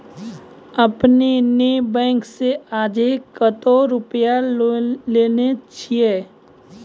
आपने ने बैंक से आजे कतो रुपिया लेने छियि?